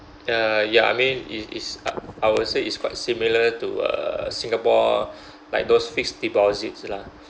uh ya I mean is is uh I would say is quite similar to uh singapore like those fixed deposits lah